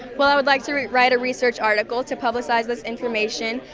well, i would like to write write a research article to publicise this information.